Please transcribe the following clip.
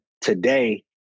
Today